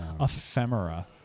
ephemera